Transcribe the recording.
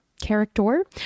character